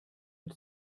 mit